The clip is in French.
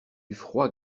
froid